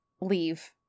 leave